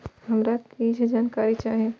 हमरा कीछ जानकारी चाही